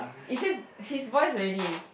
is just his voice really is